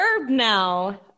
now